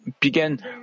began